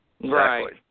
Right